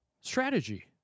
strategy